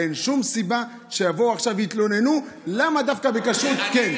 אין שום סיבה שיבואו עכשיו ויתלוננו למה דווקא בכשרות כן.